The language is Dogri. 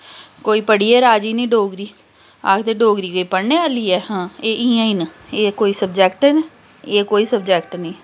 कोई पढ़ियै राज़ी निं डोगरी आखदे डोगरी केह् पढ़ने आह्ली ऐ हां एह् इ'यां गै न एह् कोई सबजैक्ट न एह् कोई सबजैक्ट निं